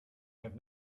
have